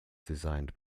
designed